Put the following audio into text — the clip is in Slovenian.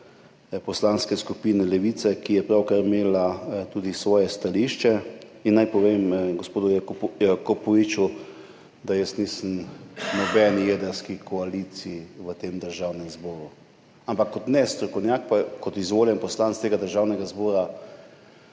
Poslanske skupine Levica, ki je pravkar imela tudi svoje stališče. Naj povem gospodu Jakopoviču, da jaz nisem v nobeni jedrski koaliciji v Državnem zboru, ampak kot nestrokovnjak, kot izvoljen poslanec tega državnega zbora,